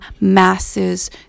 masses